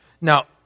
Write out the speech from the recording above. Now